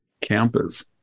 campus